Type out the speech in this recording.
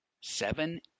seven